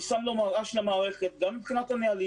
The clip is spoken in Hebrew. אני שם לו מראה של המערכת גם לגבי הנהלים,